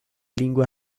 lingua